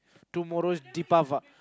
tomorrow is Deepava~